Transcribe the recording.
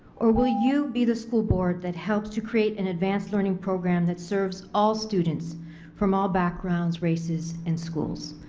or will you be the school board that helps to create an advanced learning program that serves all students from all backgrounds races and schools?